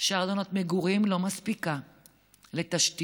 שארנונת מגורים לא מספיקה לתשתיות,